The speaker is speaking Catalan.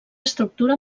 estructura